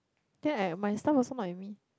then I my stuff also not with me